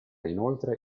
inoltre